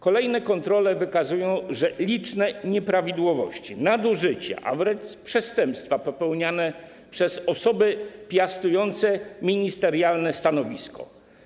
Kolejne kontrole wykazują liczne nieprawidłowości, nadużycia, a wręcz przestępstwa popełniane przez osoby piastujące ministerialne stanowiska.